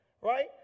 Right